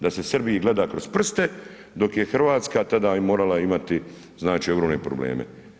Da se Srbiji gleda kroz prste, dok je Hrvatska tada morala imati znači ogromne probleme.